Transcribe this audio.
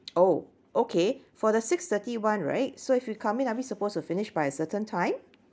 oh okay for the six thirty one right so if you come in are we supposed to finish by a certain time